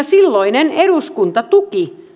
silloinen eduskunta tuki